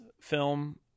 film